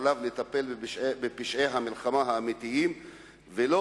עליו לטפל בפשעי המלחמה האמיתיים ולא